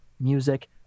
music